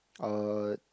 uh